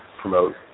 promote